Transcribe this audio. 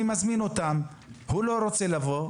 אני מזמין אותם, הם לא רוצים לבוא.